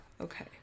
Okay